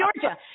Georgia